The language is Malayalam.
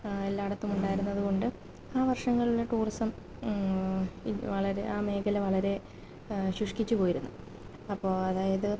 എല്ലായിടത്തും ഉണ്ടായിരുന്നത് കൊണ്ട് ആ വർഷങ്ങളിലെ ടൂറിസം വളരെ ആ മേഖല വളരെ ശുഷ്ക്കിച്ച് പോയിരുന്നു അപ്പോള് അതായത്